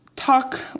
talk